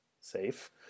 safe